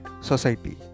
Society